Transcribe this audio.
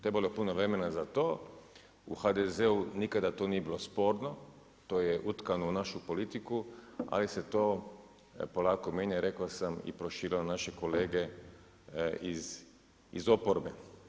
Trebalo je puno vremena za to, u HDZ-u nikada to nije bilo sporno, to je utkano u našu politiku ali se to polako mijenja i rekao sam i proširuje na naše kolege iz oporbe.